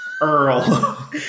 Earl